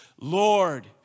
Lord